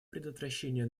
предотвращения